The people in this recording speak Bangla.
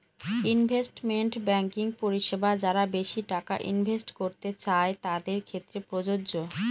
ইনভেস্টমেন্ট ব্যাঙ্কিং পরিষেবা যারা বেশি টাকা ইনভেস্ট করতে চাই তাদের ক্ষেত্রে প্রযোজ্য